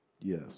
Yes